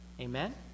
Amen